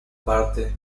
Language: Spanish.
parte